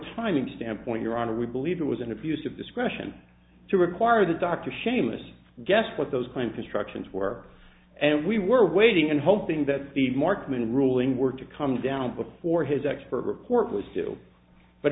timing standpoint your honor we believe it was an abuse of discretion to require the doctor shamus guess what those claims instructions were and we were waiting and hoping that the marksman ruling were to come down before his expert report was due but